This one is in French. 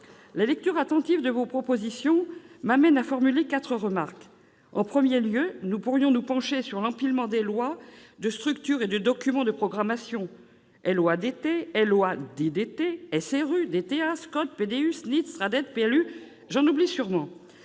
La lecture attentive de vos propositions m'amène à formuler quatre remarques. En premier lieu, nous pourrions nous pencher sur l'empilement de lois, de structures et de documents de programmation : LOADT, LOADDT, SRU, DTA, SCOT, PDU, SNIT, SRADDET, PLU, et j'en oublie sûrement